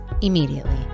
immediately